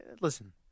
Listen